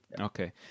Okay